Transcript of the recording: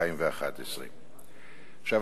התשע"א 2011. עכשיו,